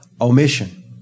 omission